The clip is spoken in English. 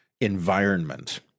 environment